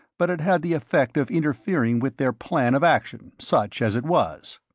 but it had the effect of interfering with their plan of action, such as it was.